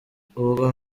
ubwo